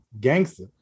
gangster